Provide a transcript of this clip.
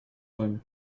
вами